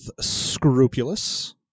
Scrupulous